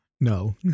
No